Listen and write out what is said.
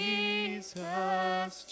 Jesus